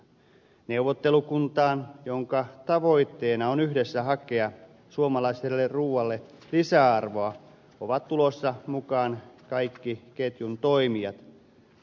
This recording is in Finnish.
neuvottelukuntaan jonka tavoitteena on yhdessä hakea suomalaiselle ruualle lisäarvoa ovat tulossa mukaan kaikki ketjun toimijat